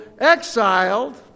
exiled